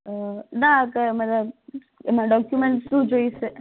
અ ના ક મતલબ એમાં ડોક્યુમેન્ટ્સ શું જોઇશે